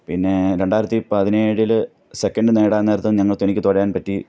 പിന്നെ രണ്ടായിരത്തി പതിനേഴിൽ സെക്കൻ്റ് നേടാൻ നേരത്ത് ഞങ്ങൾക്ക് എനിക്ക് തുഴയാൻ പറ്റി